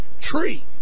tree